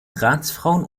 ratsfrauen